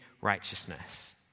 righteousness